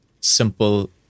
simple